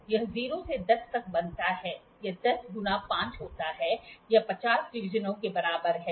तो यह ० से १० तक बनता है यह १० गुणा ५ होता है यह 50 डिवीजनों के बराबर है